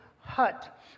hut